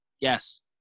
Yes